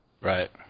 Right